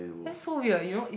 that's so weird you know is